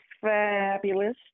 fabulous